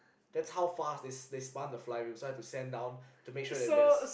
that's how fast they spun the fly wheels so I had to send down to make sure that there's